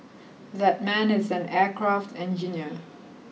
that man is an aircraft engineer